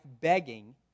begging